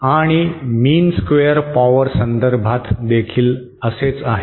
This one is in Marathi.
आणि मीन स्क्वेअर पॉवर संदर्भात देखील असेच आहे